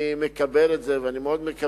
אני מקבל את זה, ואני מאוד מקווה